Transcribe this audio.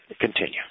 continue